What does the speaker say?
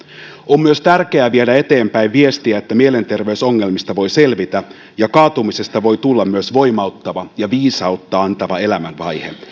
on myös tärkeää viedä eteenpäin viestiä että mielenterveysongelmista voi selvitä ja kaatumisesta voi tulla myös voimauttava ja viisautta antava elämänvaihe ja